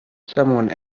someone